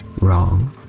wrong